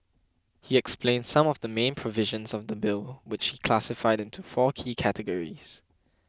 he explained some of the main provisions of the bill which he classified into four key categories